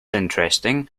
interesting